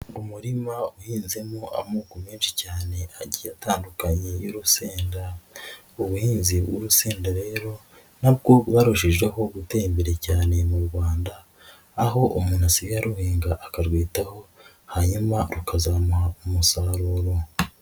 Umurima uhinzemo amoko menshi cyane agiye atandukanye'rusenda. Ubuhinzi bw'urusenda rero nabwo bwarushijehotera imbere cyane mu Rwanda, aho umuntu asigaye aruhinga akarwitaho hanyuma rukazamuha umusaruro.